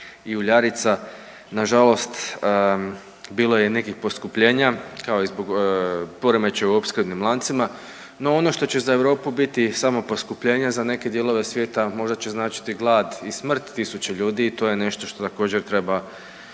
i uljarica nažalost bilo je i nekih poskupljenja kao i zbog poremećaja u opskrbnim lancima. No ono što će za Europu biti samo poskupljenje za neke dijelove svijeta možda će značiti glad i smrt tisuće ljudi i to je nešto što također treba imati